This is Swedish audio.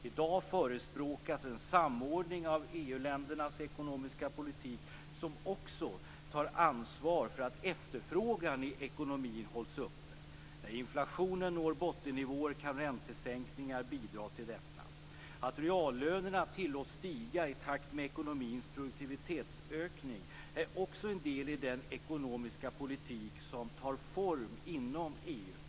I dag förespråkas en samordning av EU ländernas ekonomiska politik som också tar ansvar för att efterfrågan i ekonomin hålls uppe. När inflationen når bottennivåer kan räntesänkningar bidra till detta. Att reallönerna tillåts stiga i takt med ekonomins produktivitetsökning är också en del i den ekonomiska politik som tar form inom EU.